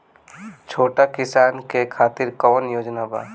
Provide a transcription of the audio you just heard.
छोटा किसान के खातिर कवन योजना बा?